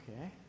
Okay